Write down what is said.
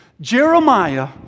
Jeremiah